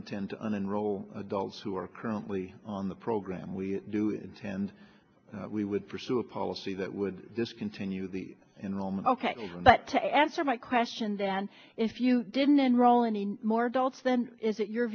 intend on and roll adults who are currently on the program we do intend we would pursue a policy that would discontinue the enrollment ok but to answer my question then if you didn't enroll any more adults then is it your